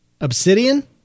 Obsidian